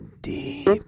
Deep